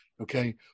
okay